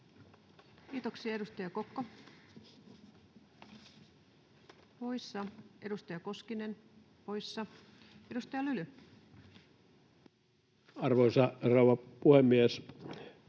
Kiitoksia. — Edustaja Kokko poissa, edustaja Koskinen poissa. — Edustaja Lyly. [Speech 100] Speaker: